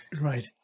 Right